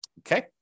okay